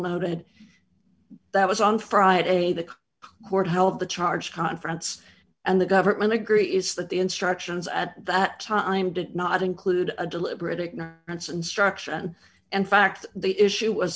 noted that was on friday the court held the charge conference and the government agree is that the instructions at that time did not include a deliberate ignorance and struction and fact the issue was